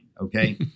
Okay